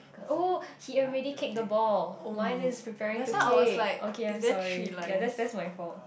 oh he already kicked the ball mine is preparing to kick okay I'm sorry ya that's that's my fault